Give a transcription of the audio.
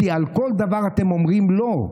כי על כל דבר אתם אומרים לא.